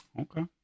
Okay